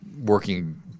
working